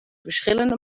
verschillende